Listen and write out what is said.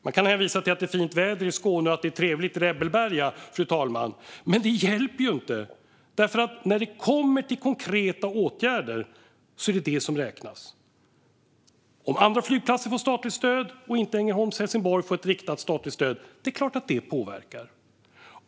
Man kan hänvisa till att det är fint väder i Skåne och att det är trevligt i Rebbelberga, fru talman. Men det hjälper ju inte, för när det kommer till konkreta åtgärder är det det som räknas. Om andra flygplatser får statligt stöd och Ängelholm Helsingborg inte får ett riktat statligt stöd är det klart att det påverkar.